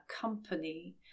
company